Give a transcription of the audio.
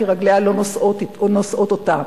כי רגליה לא נושאות אותה.